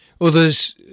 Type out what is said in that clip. Others